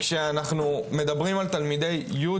כשאנחנו מדברים על תלמידי י',